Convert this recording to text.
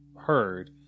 heard